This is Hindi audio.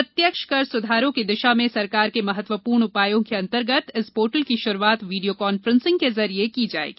प्रत्यक्ष कर सुधारों की दिशा में सरकार के महत्वपूर्ण उपायों के अंतर्गत इस पोर्टल की शुरूआत वीडियो कांफ्रेंसिंग के जरिए की जाएगी